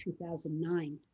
2009